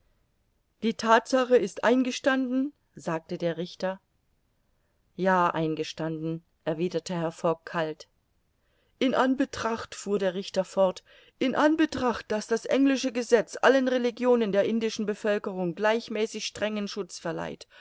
die thatsache ist eingestanden sagte der richter ja eingestanden erwiderte herr fogg kalt in anbetracht fuhr der richter fort in anbetracht daß das englische gesetz allen religionen der indischen bevölkerung gleichmäßig strengen schutz verleiht